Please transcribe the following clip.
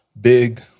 big